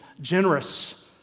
generous